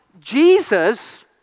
Jesus